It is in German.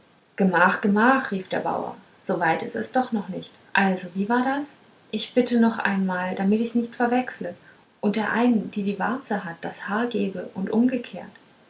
gemach gemach rief der bauer soweit ist es doch noch nicht also wie war es ich bitte noch einmal damit ich's nicht verwechsle und der einen die die warze hat das haar gebe und umgekehrt